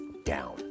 Down